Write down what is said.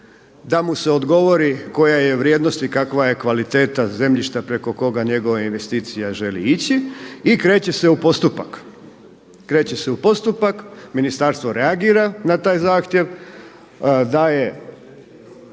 da mu se odgovori koja je vrijednost i kakva je kvaliteta zemljišta preko koga njegova investicija želi ići i kreće se u postupak, Ministarstvo reagira na taj zahtjev, daje